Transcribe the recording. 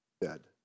dead